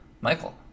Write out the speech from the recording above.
Michael